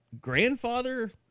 grandfather